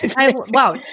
Wow